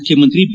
ಮುಖ್ಯಮಂತ್ರಿ ಬಿ